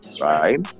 right